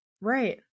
right